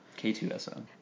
K2SO